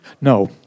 No